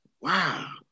wow